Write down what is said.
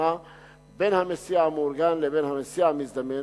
בהבחנה בין המסיע המאורגן לבין המסיע המזדמן.